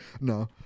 No